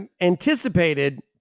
anticipated